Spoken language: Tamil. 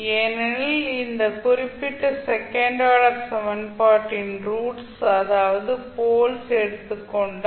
ஏனெனில் இந்த குறிப்பிட்ட செகண்ட் ஆர்டர் சமன்பாட்டின் ரூட்ஸ் அதாவது போல்ஸ் எடுத்துக் கொண்டால்